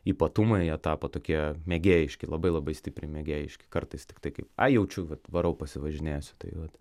ypatumai jie tapo tokie mėgėjiški labai labai stipriai mėgėjiški kartais tiktai kaip ai jaučiu vat varau pasivažinėsiu tai vat